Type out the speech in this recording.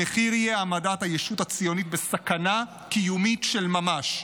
המחיר יהיה העמדת הישות הציונית בסכנה קיומית של ממש.